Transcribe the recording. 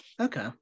okay